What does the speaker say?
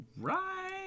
right